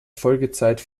folgezeit